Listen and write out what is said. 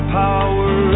power